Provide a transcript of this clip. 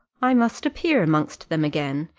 i must appear amongst them again,